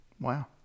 Wow